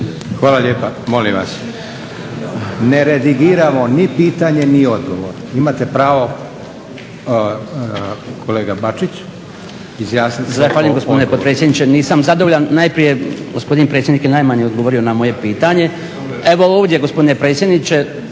Josip (SDP)** Molim vas! Ne redigiramo ni pitanje, ni odgovor. Imate pravo kolega Bačić izjasniti se o odgovoru. **Bačić, Branko (HDZ)** Zahvaljujem gospodine potpredsjedniče. Nisam zadovoljan, jer gospodin predsjednik je najmanje odgovorio na moje pitanje. Evo ovdje je gospodine predsjedniče